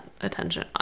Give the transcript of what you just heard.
attention